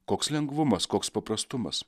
koks lengvumas koks paprastumas